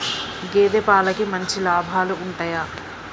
గేదే పాలకి మంచి లాభాలు ఉంటయా?